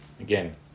again